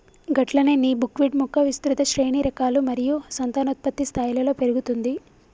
గట్లనే నీ బుక్విట్ మొక్క విస్తృత శ్రేణి నేల రకాలు మరియు సంతానోత్పత్తి స్థాయిలలో పెరుగుతుంది